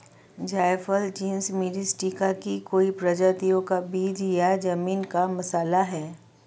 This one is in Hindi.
जायफल जीनस मिरिस्टिका की कई प्रजातियों का बीज या जमीन का मसाला है